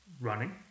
running